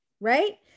right